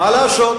מה לעשות?